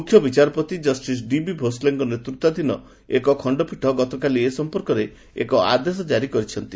ମୁଖ୍ୟ ବିଚାରପତି justice D B ଭୋସ୍ଲେଙ୍କ ନେତୃତ୍ୱାଧୀନ ଏକ ଖଣ୍ଡପୀଠ ଗତକାଲି ଏ ସମ୍ପର୍କରେ ଏକ ଆଦେଶ ଜାରି କରିଛନ୍ତି